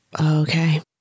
Okay